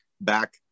back